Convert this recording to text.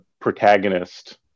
protagonist